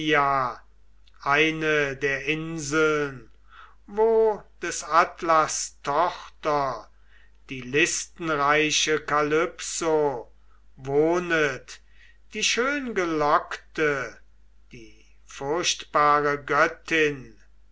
eine der inseln wo des atlas tochter die listenreiche kalypso wohnet die schöngelockte die furchtbare göttin